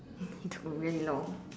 you took really long